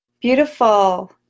beautiful